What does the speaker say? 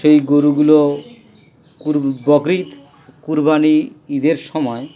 সেই গরুগুলো ক বকরি ঈদ কুরবানি ঈদের সময়